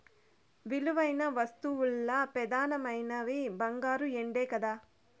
విలువైన వస్తువుల్ల పెదానమైనవి బంగారు, ఎండే కదా